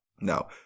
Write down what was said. Now